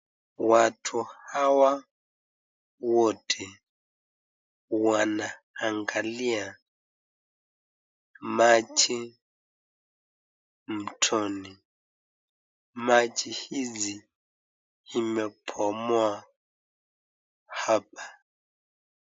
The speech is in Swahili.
Watu hawa wote wanaangalia maji mtoni maji hizi imebomoa hapa.